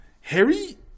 harry